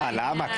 למה?